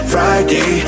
Friday